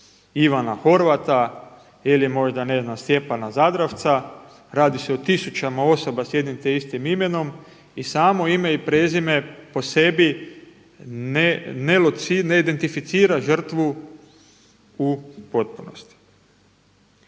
Ivana Horvata ili možda ne znam Stjepana Zadravca, radi se o tisućama osoba s jednim te istim imenom i samo ime i prezime po sebi ne identificira žrtvu u potpunosti.